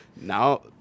Now